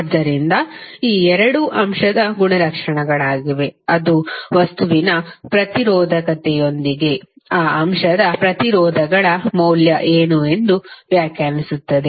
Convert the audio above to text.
ಆದ್ದರಿಂದ ಈ ಎರಡು ಆ ಅಂಶದ ಗುಣಲಕ್ಷಣಗಳಾಗಿವೆ ಅದು ವಸ್ತುವಿನ ಪ್ರತಿರೋಧಕತೆಯೊಂದಿಗೆ ಆ ಅಂಶದ ಪ್ರತಿರೋಧಗಳ ಮೌಲ್ಯ ಏನು ಎಂದು ವ್ಯಾಖ್ಯಾನಿಸುತ್ತದೆ